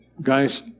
Guys